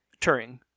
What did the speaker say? Turing